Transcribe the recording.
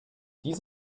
dies